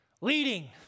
Leading